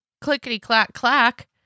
clickety-clack-clack